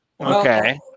Okay